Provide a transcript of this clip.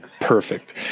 Perfect